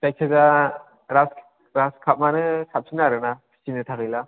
जायखिजाया ग्रासखापआनो साबसिन आरोना फिसिनो थाखायब्ला